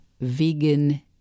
vegan